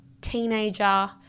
teenager